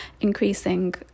increasing